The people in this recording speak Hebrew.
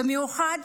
במיוחד